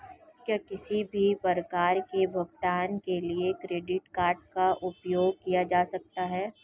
क्या किसी भी प्रकार के भुगतान के लिए क्रेडिट कार्ड का उपयोग किया जा सकता है?